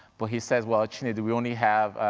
but he says, well, chinedu, we only have,